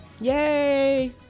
Yay